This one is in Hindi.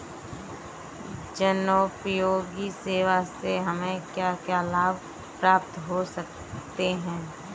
जनोपयोगी सेवा से हमें क्या क्या लाभ प्राप्त हो सकते हैं?